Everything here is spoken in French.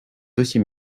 dossier